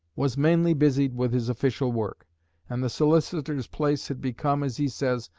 was mainly busied with his official work and the solicitor's place had become, as he says,